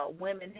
women